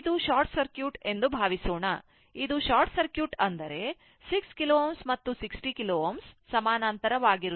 ಇದು short circuit ಎಂದು ಭಾವಿಸೋಣ ಇದು ಶಾರ್ಟ್ ಸರ್ಕ್ಯೂಟ್ ಅಂದರೆ 6 KΩ ಮತ್ತು 60 KΩ ಸಮಾನಾಂತರವಾಗಿರುತ್ತವೆ